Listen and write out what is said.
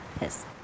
yes